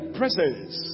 presence